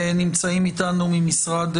מכובדיי,